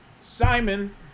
Simon